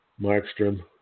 Markstrom